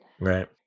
Right